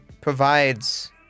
provides